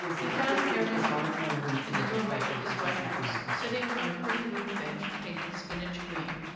he found pere leonard in the doorway of his white house, sitting on a pretty wooden bench painted spinach green.